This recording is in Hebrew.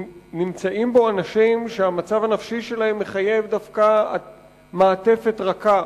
נמצאים בו אנשים שהמצב הנפשי שלהם מחייב דווקא מעטפת רכה,